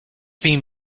have